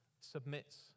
submits